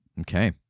Okay